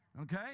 Okay